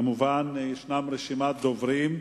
כמובן, יש רשימת דוברים,